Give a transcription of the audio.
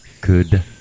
Good